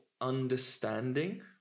understanding